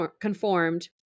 conformed